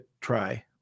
try